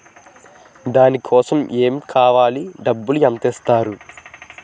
దాని కోసం ఎమ్ కావాలి డబ్బు ఎంత ఇస్తారు?